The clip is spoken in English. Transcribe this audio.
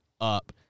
up